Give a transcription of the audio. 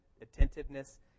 Attentiveness